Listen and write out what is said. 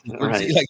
right